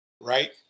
right